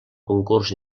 concurs